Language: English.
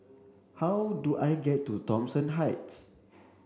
how do I get to Thomson Heights